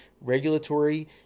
regulatory